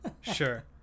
Sure